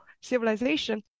civilization